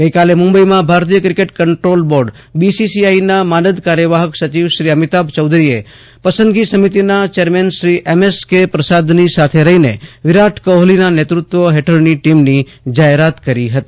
ગઇકાલે મુંબઇમાં ભારતીય ક્રિકેટ કંટ્રોલ બોર્ડના માનદ કાર્ચવાહક સચિવ શ્રી અમિતાભ ચોઘરીએ પસંદગી સમિતીના ચેરમેન શ્રી પ્રસાદની સાથે રહીને વિરાટ કોહલીના નેત્રત્વ હેઠળની ટીમની જાહેરાત કરી હતી